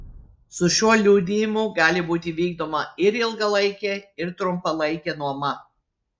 su šiuo liudijimu gali būti vykdoma ir ilgalaikė ir trumpalaikė nuoma